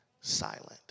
silent